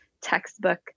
textbook